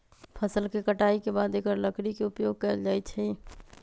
फ़सल के कटाई के बाद एकर लकड़ी के उपयोग कैल जाइ छइ